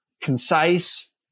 concise